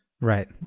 Right